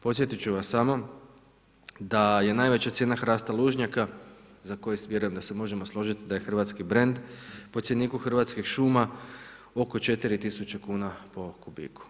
Podsjetit ću vas samo da je najveća cijena hrasta lužnjaka za koji svi vjerujem se možemo složiti da je hrvatski brand, po cjeniku Hrvatskih šuma oko 4000 kuna po kubiku.